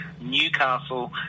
Newcastle